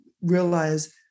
realize